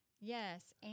Yes